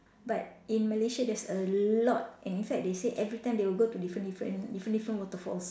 but in Malaysia there's a lot and in fact they say every time they will go to different different different different waterfalls